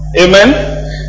amen